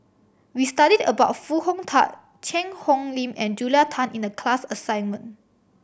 we studied about Foo Hong Tatt Cheang Hong Lim and Julia Tan in the class assignment